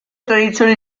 tradizione